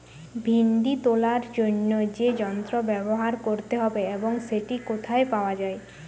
ভিন্ডি তোলার জন্য কি যন্ত্র ব্যবহার করতে হবে এবং সেটি কোথায় পাওয়া যায়?